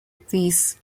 these